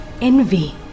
envy